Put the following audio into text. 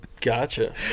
Gotcha